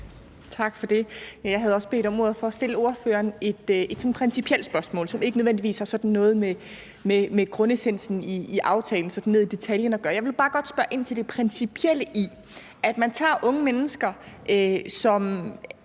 Tak for det. Jeg har også bedt om ordet for at stille ordføreren et principielt spørgsmål, som ikke nødvendigvis har noget med grundessensen i aftalen sådan ned i detaljen at gøre. Jeg vil bare godt spørge ind til det principielle i, at man tager unge mennesker, som